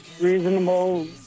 reasonable